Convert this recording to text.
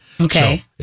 Okay